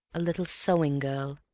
a little sewing-girl,